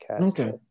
Okay